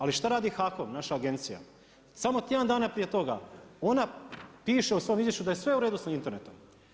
Ali šta radi HAKOM, naša agencija, samo tjedan dana prije toga ona piše u svom izvješću da je sve uredu s internetom.